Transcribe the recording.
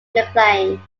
mcclain